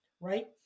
right